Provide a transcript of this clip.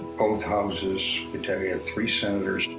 both houses, but three ah three senators.